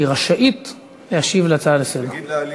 היא רשאית להשיב על הצעה לסדר-היום.